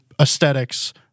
aesthetics